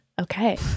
Okay